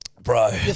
bro